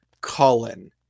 cullen